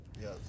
Yes